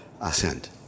assent